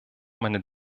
meine